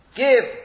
give